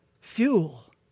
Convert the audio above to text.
fuel